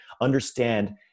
understand